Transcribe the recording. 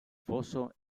foso